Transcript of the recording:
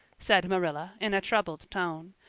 said marilla in a troubled tone.